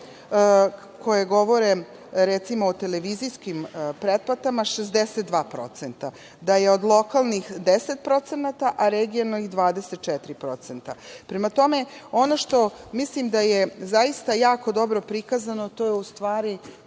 koje govore, recimo, o televizijskim pretplatama 62%, da je od lokalnih 10% a regionalnih 24%.Prema tome, ono što mislim da je zaista jako dobro prikazano a to je u stvari